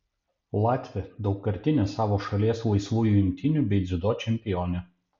latvė daugkartine savo šalies laisvųjų imtynių bei dziudo čempionė